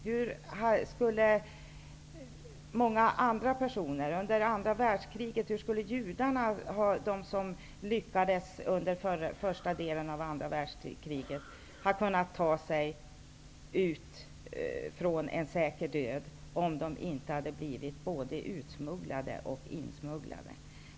Hur skulle många andra personer, t.ex. judarna som lyckades fly under första delen av andra världskriget, ha kunnat ta sig ut från en säker död om de inte hade blivit både utsmugglade och insmugglade?